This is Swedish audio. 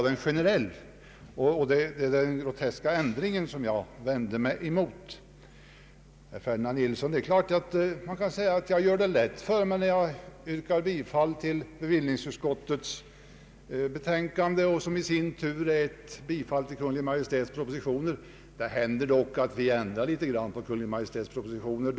Det är den groteska ändringen som jag vänder mig emot. Det är klart, herr Ferdinand Nilsson, att man kan säga att jag göra det lätt för mig när jag yrkar bifall till bevillningsutskottets betänkanden, som i sin tur innebär bifall till Kungl. Maj:ts propositioner. Det händer dock då och då att vi ändrar litet grand på Kungl. Maj:ts propositioner.